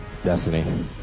Destiny